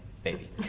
Baby